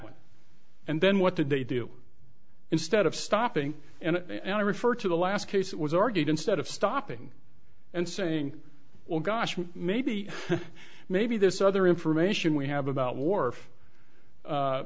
way and then what did they do instead of stopping and i refer to the last case that was argued instead of stopping and saying well gosh maybe maybe this other information we have about war